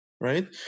right